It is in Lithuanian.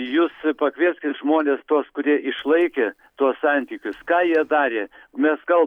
jūs pakvieskit žmones tuos kurie išlaikė tuos santykius ką jie darė mes kal